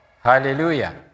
Hallelujah